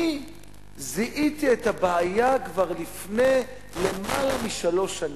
אני זיהיתי את הבעיה כבר לפני למעלה משלוש שנים.